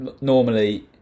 normally